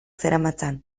zeramatzan